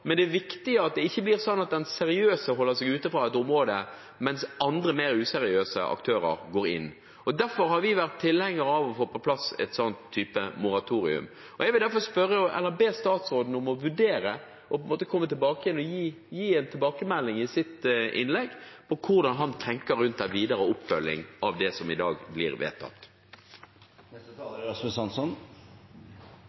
Men det er viktig at det ikke blir sånn at de seriøse holder seg ute fra et område mens andre mer useriøse aktører går inn. Derfor har vi vært tilhengere av å få på plass et sånt moratorium. Jeg vil be statsråden om å vurdere og komme tilbake og gi en tilbakemelding i sitt innlegg om hva han tenker om den videre oppfølgingen av det som i dag blir vedtatt.